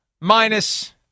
minus